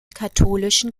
katholischen